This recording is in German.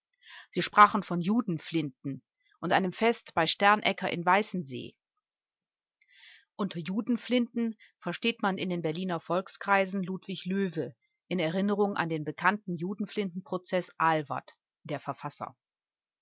sie sprachen von judenflinten und einem fest bei sternecker in weißensee unter judenflinten versteht man in den berliner volkskreisen ludwig löwe in erinnerung an den bekannten judenflinten prozeß ahlwardt der verf